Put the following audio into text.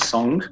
Song